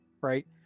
right